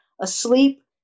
asleep